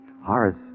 Horace